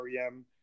rem